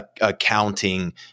Accounting